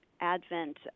advent